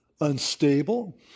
Unstable